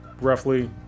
roughly